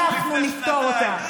אנחנו נפתור אותה.